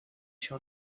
się